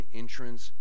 entrance